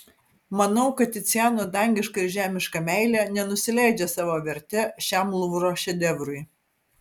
manau kad ticiano dangiška ir žemiška meilė nenusileidžia savo verte šiam luvro šedevrui